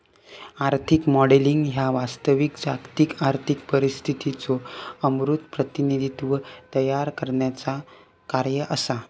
आर्थिक मॉडेलिंग ह्या वास्तविक जागतिक आर्थिक परिस्थितीचो अमूर्त प्रतिनिधित्व तयार करण्याचा कार्य असा